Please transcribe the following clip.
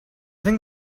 think